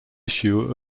issue